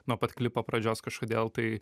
nuo pat klipo pradžios kažkodėl tai